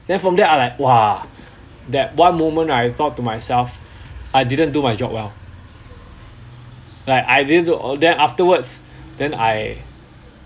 then from there I like !wah! that one moment right I thought to myself I didn't do my job well like I didn't do then afterwards then I